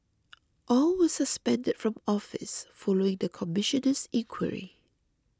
all were suspended from office following the Commissioner's inquiry